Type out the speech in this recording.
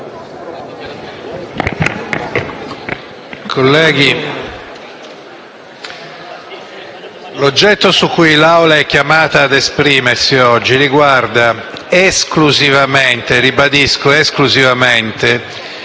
colleghi, l'oggetto su cui l'Assemblea è chiamata a esprimersi oggi riguarda esclusivamente - ribadisco: esclusivamente